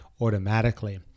automatically